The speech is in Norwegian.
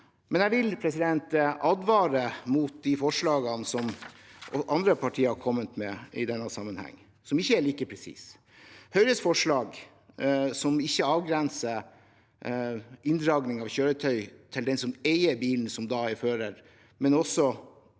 Jeg vil advare mot de forslagene som andre partier har kommet med i denne sammenheng, og som ikke er like presise. Høyres forslag avgrenser ikke inndragning av kjøretøy til den som eier bilen, og som da er fører, men